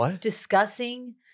discussing